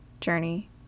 journey